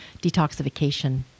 detoxification